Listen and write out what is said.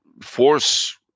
force